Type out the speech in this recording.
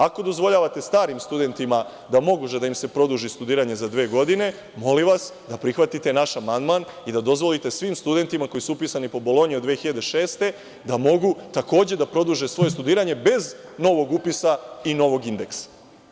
Ako dozvoljavate starim studentima da može da im se produži studiranje za dve godine, molim vas da prihvatite naš amandman i da dozvolite svim studentima koji su upisani po Bolonji od 2006. godine da mogu takođe da produže svoje studiranje, bez novog upisa i novog indeksa.